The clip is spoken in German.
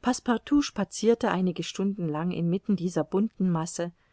passepartout spazierte einige stunden lang inmitten dieser bunten masse